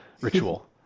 ritual